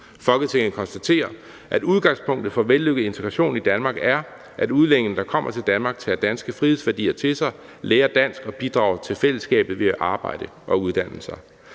Folketinget konstaterer, at udgangspunktet for vellykket integration i Danmark er, at udlændinge, der kommer til Danmark, tager danske frihedsværdier til sig, lærer dansk og bidrager til fællesskabet ved at arbejde og uddanne sig.